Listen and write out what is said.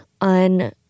on